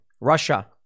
Russia